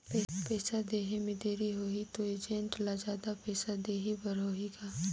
पइसा देहे मे देरी होही तो एजेंट ला जादा पइसा देही बर होही का?